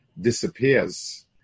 disappears